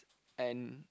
and